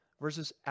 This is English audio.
versus